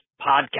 podcast